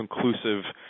conclusive